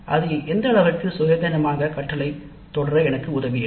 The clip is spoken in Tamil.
அது எந்த அளவிற்கு சுயாதீனமான கற்றலைத் தொடர எனக்கு உதவியது